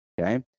okay